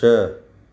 छह